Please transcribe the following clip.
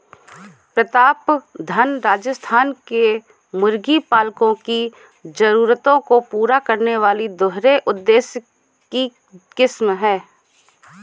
प्रतापधन राजस्थान के मुर्गी पालकों की जरूरतों को पूरा करने वाली दोहरे उद्देश्य की किस्म है